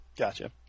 Gotcha